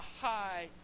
high